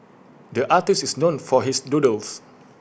the artist is known for his doodles